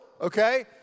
okay